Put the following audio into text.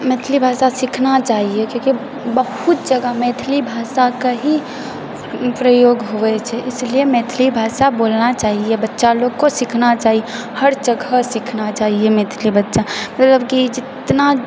मैथिली भाषा सीखना चाहिए किआकि बहुत जगह मैथिली भाषाके ही प्रयोग हुए छै ईसलिए मैथिली भाषा बोलना चाहिए बच्चा लोग को सीखना चाहिए हर जगह सीखना चाहिए मैथिली बच्चा मतलब की जितना